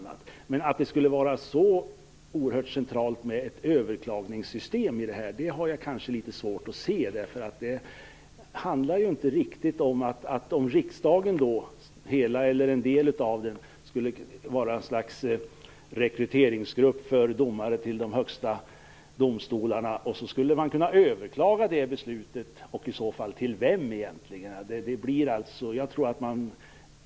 Men jag har litet svårt att se att det skulle vara så oerhört centralt med ett överklagningssystem. Det handlar ju inte riktigt om att hela riksdagen, eller en del av den, skulle var ett slags rekryteringsgrupp för domare till de högsta domartjänsterna. Jag undrar vem man i så fall skulle kunna överklaga beslutet till.